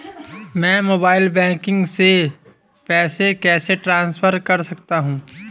मैं mobile banking से पैसे कैसे ट्रांसफर कर सकता हूं?